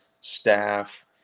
staff